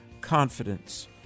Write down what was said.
confidence